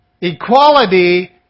Equality